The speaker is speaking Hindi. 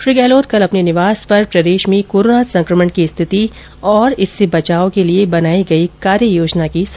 श्री गहलोत कल अपने निंवास पर प्रदेश में कोरोना संक्रमण की स्थिति और इससे बचाव के लिए बनाई गई कार्य योजना की समीक्षा कर रहे थे